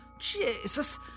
Jesus